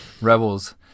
Rebels